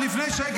היית.